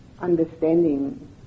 understanding